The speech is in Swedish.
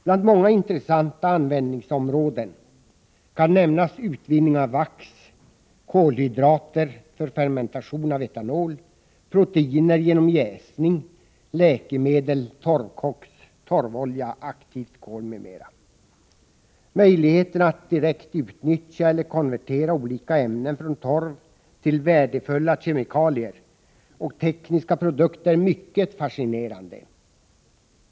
Bland många intressanta användningsområden kan nämnas utvinning av vax, kolhydrater för fermentation av etanol, proteiner genom jäsning, läkemedel, torvkoks, torvolja, aktivt kol m.m. Möjligheterna att direkt utnyttja eller konvertera olika ämnen från torv till värdefulla kemikalier och tekniska produkter är mycket fascinerande.